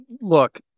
look